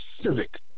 Civic